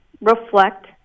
reflect